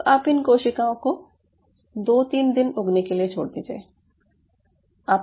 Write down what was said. अब आप इन कोशिकाओं को 2 3 दिन उगने के लिए लिए छोड़ दीजिये